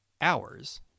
hours